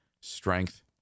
strength